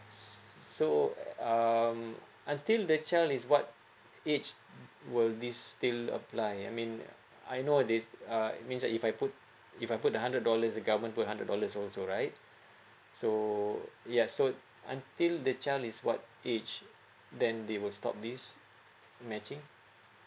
so um until the child is what age will this still apply I mean I know this uh it means that if I put if I put the hundred dollars the government put hundred dollars also right so yeah so until the child is what age then they will stop this matching